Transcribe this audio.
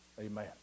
amen